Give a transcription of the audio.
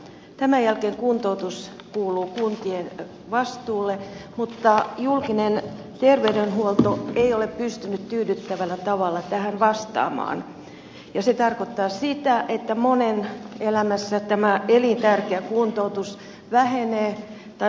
tämän jälkeen kuntoutus kuuluu kuntien vastuulle mutta julkinen terveydenhuolto ei ole pystynyt tyydyttävällä tavalla tähän vastaamaan ja se tarkoittaa sitä että monen elämässä tämä elintärkeä kuntoutus vähenee tai loppuu kokonaan